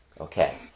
Okay